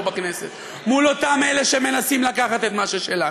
בכנסת מול אותם אלה שמנסים לקחת את מה ששלנו.